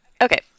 Okay